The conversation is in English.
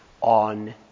on